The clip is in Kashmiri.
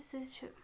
أسۍ حظ چھِ